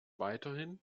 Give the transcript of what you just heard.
weiterhin